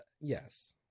Yes